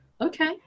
Okay